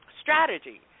strategy